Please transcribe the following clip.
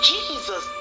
Jesus